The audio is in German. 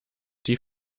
die